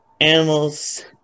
animals